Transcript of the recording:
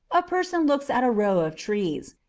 a person looks at a row of trees,